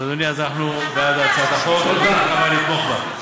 אז, אדוני, אז אנחנו בעד הצעת החוק, נתמוך בה.